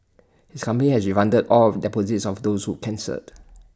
his company has refunded all of deposits of those who cancelled